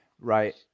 Right